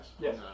Yes